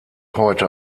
heute